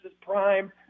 prime